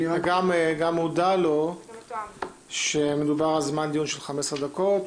וגם הודיעו לו שמדובר על זמן דיון של 15 דקות.